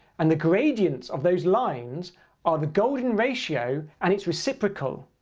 and the gradient of those lines are the golden ratio, and it's reciprocal.